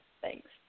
Thanks